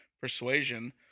persuasion